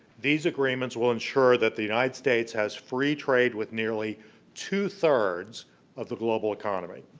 these agreements will ensure that the united states has free trade with nearly two-thirds of the global economy.